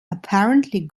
apparently